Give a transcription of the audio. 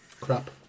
Crap